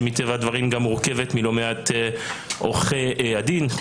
שמורכבת מלא מעט עורכי דין,